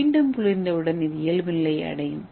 மீண்டும் குளிர்ந்தவுடன் இயல்பு நிலையை அடையும்